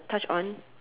touch on